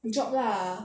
drop lah